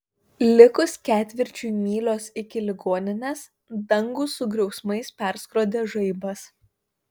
likus ketvirčiui mylios iki ligoninės dangų su griausmais perskrodė žaibas